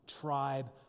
tribe